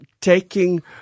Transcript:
taking